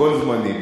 הכול זמני.